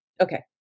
Okay